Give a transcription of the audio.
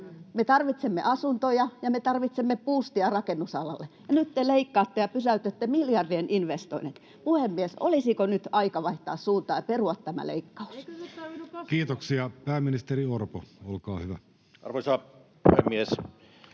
Me tarvitsemme asuntoja ja me tarvitsemme buustia rakennusalalle, ja nyt te leikkaatte ja pysäytätte miljardien investoinnit. Puhemies, olisiko nyt aika vaihtaa suuntaa ja perua tämä leikkaus? [Krista Kiuru: Eikö nyt tarvita kasvua?]